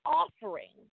offering